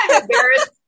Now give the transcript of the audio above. embarrassed